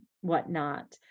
whatnot